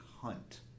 Hunt